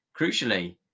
Crucially